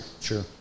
Sure